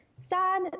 Sad